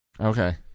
Okay